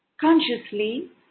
Consciously